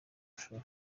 true